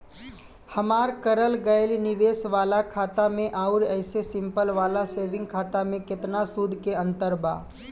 हमार करल गएल निवेश वाला खाता मे आउर ऐसे सिंपल वाला सेविंग खाता मे केतना सूद के अंतर बा?